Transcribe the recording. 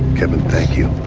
kevin, thank you.